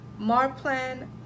Marplan